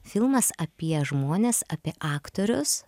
filmas apie žmones apie aktorius